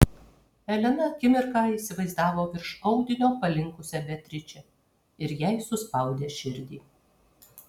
elena akimirką įsivaizdavo virš audinio palinkusią beatričę ir jai suspaudė širdį